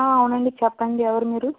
అవునండి చెప్పండి ఎవరు మీరు